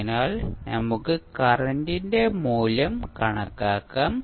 അതിനാൽ നമുക്ക് കറന്റിന്റെ മൂല്യം കണക്കാക്കാം